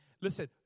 Listen